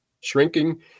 shrinking